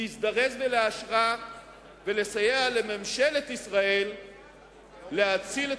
להזדרז ולאשרה ולסייע לממשלת ישראל להציל את